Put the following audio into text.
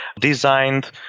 designed